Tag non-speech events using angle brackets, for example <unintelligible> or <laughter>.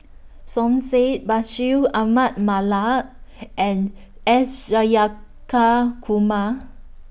Som Said Bashir Ahmad Mallal and S <unintelligible>